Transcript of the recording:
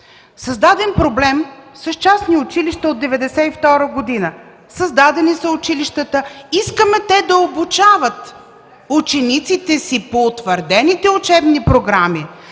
Създаден е проблем с частни училища от 1992 г. Създадени са училищата, искаме те да обучават учениците си по утвърдените учебни програми,